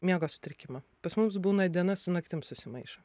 miego sutrikimą pas mums būna diena su naktim susimaišo